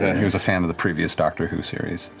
he was a fan of the previous doctor who series.